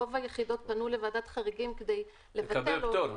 רוב היחידות פנו לוועדת חריגים כדי לבטל או --- לקבל פטור,